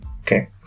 Okay